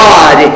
God